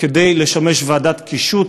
כדי לשמש ועדת קישוט,